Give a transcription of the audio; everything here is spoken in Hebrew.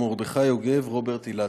מרדכי יוגב ורוברט אילטוב,